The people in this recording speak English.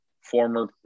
former